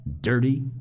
dirty